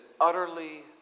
utterly